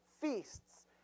feasts